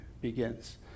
begins